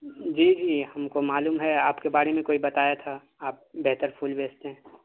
جی جی ہم کو معلوم ہے آپ کے بارے میں کوئی بتایا تھا آپ بہتر پھول بیچتے ہیں